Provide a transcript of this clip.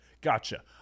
Gotcha